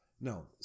no